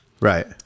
Right